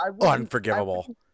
unforgivable